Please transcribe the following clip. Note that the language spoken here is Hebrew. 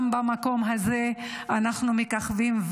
גם במקום הזה אנחנו מככבים,